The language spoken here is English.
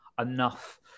enough